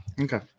Okay